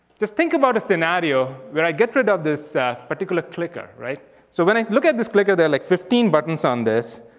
just think about a scenario where i get rid of this particular clicker right? so when i look at this clicker. there are like fifteen buttons on this.